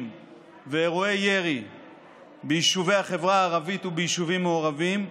ואירועי ירי ביישובי החברה הערבית וביישובים מעורבים,